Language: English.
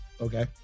Okay